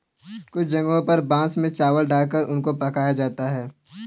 कुछ जगहों पर बांस में चावल डालकर उनको पकाया जाता है